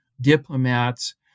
diplomats